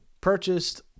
purchased